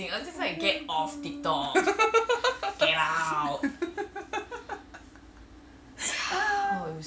oh my god ah